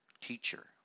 Teacher